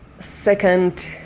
second